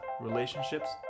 relationships